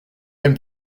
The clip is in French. même